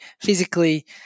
physically